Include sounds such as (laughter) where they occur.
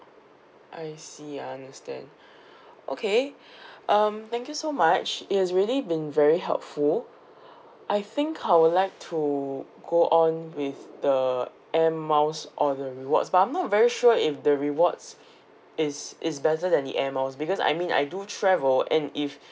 I see I understand (breath) okay um thank you so much it's really being very helpful (breath) I think I would like to go on with the Air Miles on rewards but I'm not very sure if the rewards (breath) is is better than the Air Miles because I mean I do and if (breath)